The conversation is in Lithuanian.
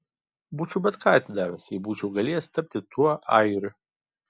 būčiau bet ką atidavęs jei būčiau galėjęs tapti tuo airiu